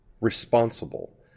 responsible